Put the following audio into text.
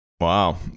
Wow